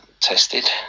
tested